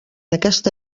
aquesta